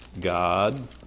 God